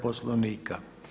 Poslovnika.